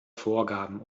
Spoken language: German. vorgaben